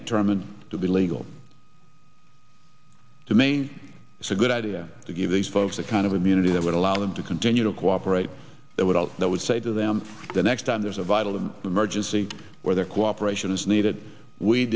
determined to be legal to me it's a good idea to give these folks the kind of immunity that would allow them to continue to cooperate they would out there would say to them the next time there's a vital the emergency where their cooperation is needed we